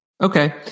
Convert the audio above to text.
Okay